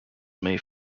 may